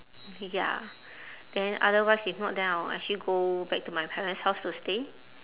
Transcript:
ya then otherwise if not then I will actually go back to my parents' house to stay